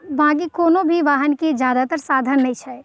बाँकी कोनो भी वाहनके ज्यादातर साधन नहि छै